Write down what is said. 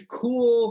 cool